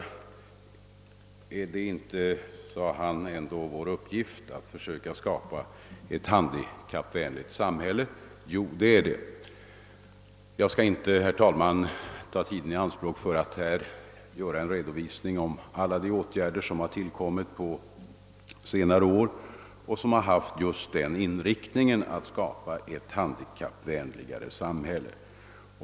Är det inte, 'såde han, vår uppsift ätt försöka skapa ett handikappvänligt samhälle? Jo, det är det. Jag skall här inte ta tiden i anspråk med någon redovisning av alla de åtgärder som på senare år vidtagits och som just syftar till att skapa ett handikappvänligare samhälle.